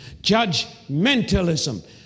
judgmentalism